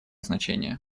значение